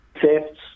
thefts